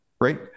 right